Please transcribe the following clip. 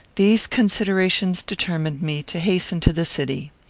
these considerations determined me to hasten to the city.